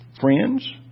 friends